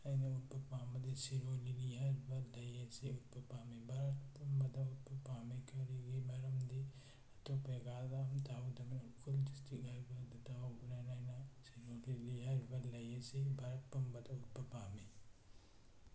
ꯑꯩꯅ ꯎꯠꯄ ꯄꯥꯝꯕꯗꯤ ꯁꯤꯔꯣꯏ ꯂꯤꯂꯤ ꯍꯥꯏꯔꯤꯕ ꯂꯩ ꯑꯁꯤ ꯎꯠꯄ ꯄꯥꯝꯃꯤ ꯚꯥꯔꯠ ꯄꯨꯝꯕꯗ ꯎꯠꯄ ꯄꯥꯝꯃꯤ ꯀꯔꯤꯒꯤ ꯃꯔꯝꯗꯤ ꯑꯇꯣꯞꯄ ꯖꯒꯥꯗ ꯑꯝꯇ ꯍꯧꯗꯕꯅ ꯎꯈꯨꯜ ꯗꯤꯁꯇ꯭ꯔꯤꯛ ꯍꯥꯏꯕꯗꯇ ꯍꯧꯕꯅꯤꯅ ꯑꯩꯅ ꯁꯤꯔꯣꯏ ꯂꯤꯂꯤ ꯍꯥꯏꯔꯤꯕ ꯂꯩ ꯑꯁꯤ ꯚꯥꯔꯠ ꯄꯨꯝꯕꯗ ꯎꯠꯄ ꯄꯥꯝꯃꯤ